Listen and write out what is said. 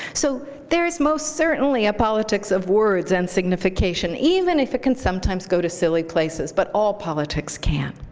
so there is most certainly a politics of words and signification, even if it can sometimes go to silly places, but all politics can.